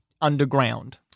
underground